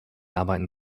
arbeiten